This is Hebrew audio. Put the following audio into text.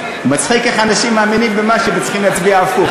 מצחיק איך אנשים מאמינים במשהו והם צריכים להצביע הפוך.